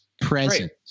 present